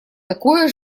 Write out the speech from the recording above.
такое